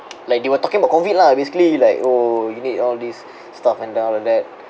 like they were talking about COVID lah basically like oh you need all this stuff and down like that